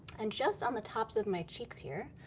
and just on the tops of my cheeks here,